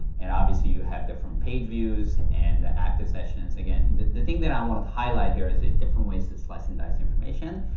and obviously you have different page views and the active sessions, again, the thing that i wanted to highlight here is the different ways to slice and dice information.